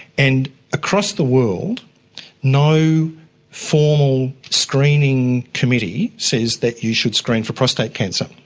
and across the world no formal screening committee says that you should screen for prostate cancer,